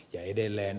ja edelleen